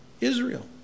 Israel